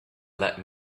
let